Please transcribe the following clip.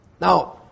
Now